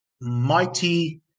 mighty